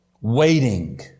waiting